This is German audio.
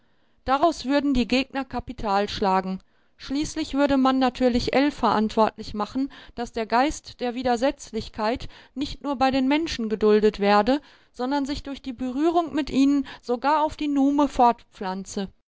daraus würden die gegner kapital schlagen schließlich würde man natürlich ell verantwortlich machen daß der geist der widersetzlichkeit nicht nur bei den menschen geduldet werde sondern sich durch die berührung mit ihnen sogar auf die